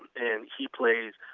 and key plays